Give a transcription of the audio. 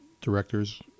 director's